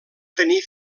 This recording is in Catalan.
tenir